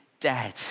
dead